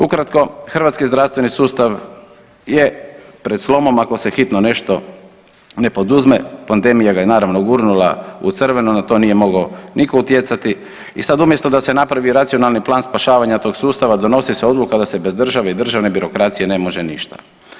Ukratko, hrvatski zdravstveni sustav je pred slomom, ako se hitno nešto ne poduzme, pandemija ga je naravno, gurnula u crveno, na to nije mogao nitko utjecati i sad umjesto da se napravi racionalni plan spašavanja tog sustava, donosi se odluka da se bez države i državne birokracije ne može ništa.